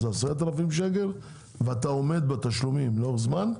זה 10,000 שקל ואתה עומד בתשלומים לאורך זמן,